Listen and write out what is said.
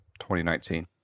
2019